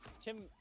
Tim